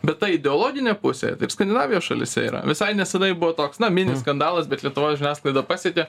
bet ta ideologinė pusė taip skandinavijos šalyse yra visai nesenai buvo toks na mini skandalas bet lietuvos žiniasklaidą pasiekė